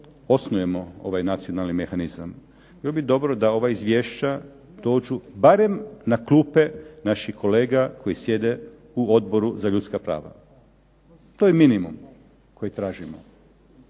osnujemo ovaj nacionalni mehanizam, bilo bi dobro da ova izvješća dođu barem na klupe naših kolega koji sjede u Odboru za ljudska prava. To je minimum koji tražimo.